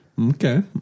Okay